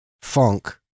funk